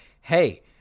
hey